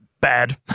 bad